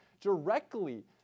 directly